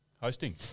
hosting